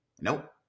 Nope